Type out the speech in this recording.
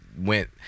went